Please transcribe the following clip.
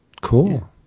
Cool